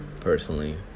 personally